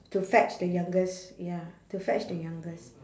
to fetch the youngest ya to fetch the youngest